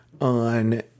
on